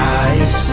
eyes